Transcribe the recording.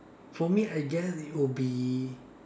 for me I guess it would be